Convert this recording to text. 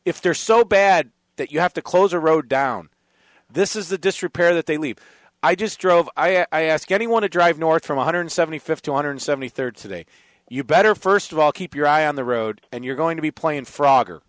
if they're so bad that you have to close a road down this is the disrepair that they leave i just drove i ask anyone to drive north from one hundred seventy fifth two hundred seventy third today you better first of all keep your eye on the road and you're going to be playing frog